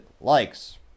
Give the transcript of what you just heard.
likes